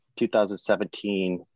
2017